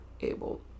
able